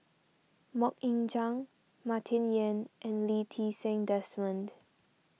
Mok Ying Jang Martin Yan and Lee Ti Seng Desmond